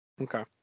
Okay